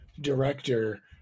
director